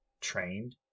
trained